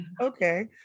okay